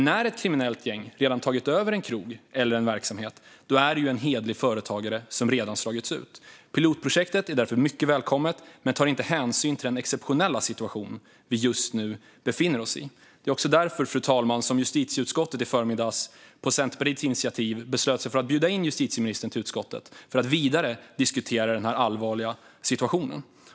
När ett kriminellt gäng tar över en krog eller en annan verksamhet har en hederlig företagare redan slagits ut. Pilotprojektet är mycket välkommet men tar inte hänsyn till den exceptionella situation vi just nu befinner oss i. Fru talman! Det var också därför justitieutskottet i förmiddags, på Centerpartiets initiativ, beslöt sig för att bjuda in justitieministern till utskottet för att vidare diskutera denna allvarliga situation.